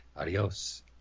Adios